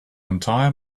entire